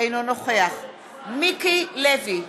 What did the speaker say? אינו נוכח מיקי לוי,